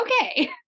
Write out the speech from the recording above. okay